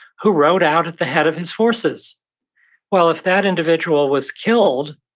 who rode out at the head of his forces well, if that individual was killed,